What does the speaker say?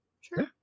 Sure